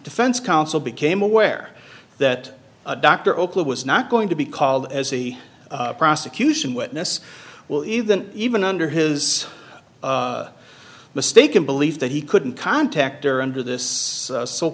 defense counsel became aware that dr oakley was not going to be called as a prosecution witness well even even under his mistaken belief that he couldn't contact her under this so